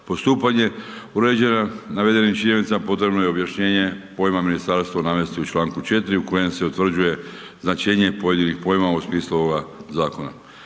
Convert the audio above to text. postupanje uređeno navedenim činjenicama, potrebno je objašnjenje pojma ministarstva navesti u članku 4. u kojem se utvrđuje značenje pojedinih pojmova u smislu ovoga zakona.